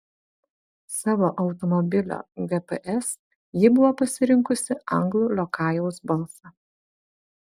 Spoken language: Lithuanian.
savo automobilio gps ji buvo pasirinkusi anglų liokajaus balsą